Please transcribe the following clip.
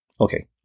Okay